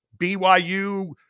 BYU